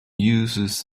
uses